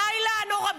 ברוך השם.